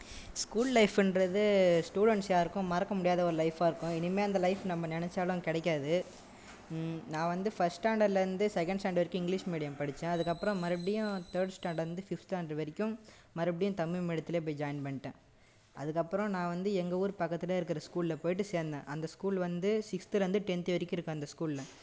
school லைஃபின்றது students யாருக்கும் மறக்க முடியாத ஒரு லைஃபாக இருக்கும் இனிமே அந்த லைஃப் நம்ம நினச்சாலும் கிடைக்காது நான் வந்து ஃபஸ்ட் ஸ்டாண்டர்ட்லிருந்து செகண்ட் ஸ்டாண்டர்ட் வரைக்கும் இங்கிலீஷ் மீடியம் படிச்சேன் அதுக்கப்புறம் மறுபடியும் தார்ட் ஸ்டாண்டர்ட்லருந்து ஃபிஃப்த் ஸ்டாண்டர்ட் வரைக்கும் மறுபடியும் தமிழ் மீடியத்திலே போய் ஜாயின் பண்ணிட்டேன் அதுக்கப்புறம் நான் வந்து எங்கள் ஊர் பக்கத்திலே இருக்கிற ஸ்கூல் போயிட்டு சேர்தேன் அந்த ஸ்கூல் வந்து சிக்ஸ்த்லருந்து டென்த் வரைக்கும் இருக்குது அந்த ஸ்கூல்